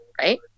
Right